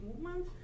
movement